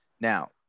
Now